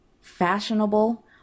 fashionable